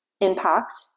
impact